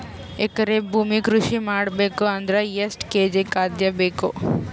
ಎಕರೆ ಭೂಮಿ ಕೃಷಿ ಮಾಡಬೇಕು ಅಂದ್ರ ಎಷ್ಟ ಕೇಜಿ ಖಾದ್ಯ ಬೇಕು?